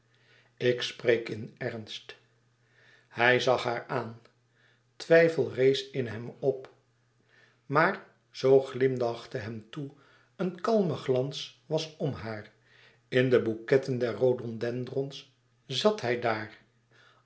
ik spreek in ernst hij zag haar aan twijfel rees in hem op maar ze glimlachte hem toe een kalme glans was om haar in de bouquetten der louis couperus extaze een boek van geluk rhododendrons zat zij daar